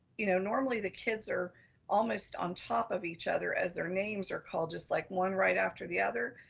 you know, normally the kids are almost on top of each other, as their names are called, just like one right after the other.